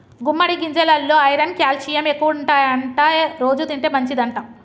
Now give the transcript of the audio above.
గుమ్మడి గింజెలల్లో iron calcium ఎక్కువుంటాయట రోజు తింటే మంచిదంట